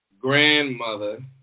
grandmother